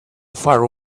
far